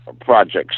projects